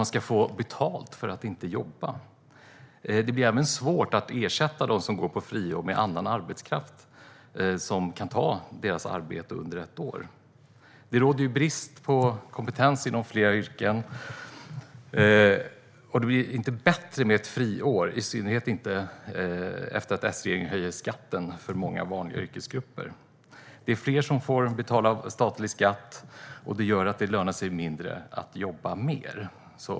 Man ska få betalt för att inte jobba. Det blir även svårt att ersätta dem som går på friår med annan arbetskraft som kan ta deras arbete under ett år. Det råder brist på kompetens inom flera yrken. Och det blir inte bättre med ett friår, i synnerhet inte efter att S-regeringen höjer skatten för många vanliga yrkesgrupper. Det blir fler som får betala statlig skatt, vilket gör att det lönar sig mindre att jobba mer.